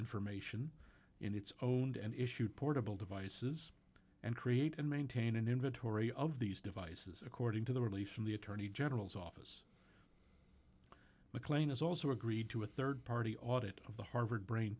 information in its own and issued portable devices and create and maintain an inventory of these devices according to the release from the attorney general's office mclane has also agreed to a rd party audit of the harvard brain